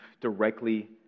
directly